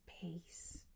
peace